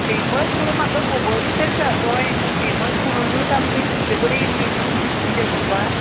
famous म्हणून म्हाका खबोरूच आसा कळ्ळें न्हू फेमस म्हणुनूत आमी तुमचे कडे येल्ली न्हू तुमच्या शॉपार